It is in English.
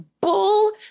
bull